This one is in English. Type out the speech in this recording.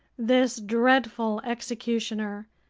this dreadful executioner,